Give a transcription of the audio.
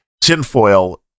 tinfoil